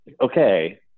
Okay